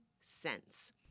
cents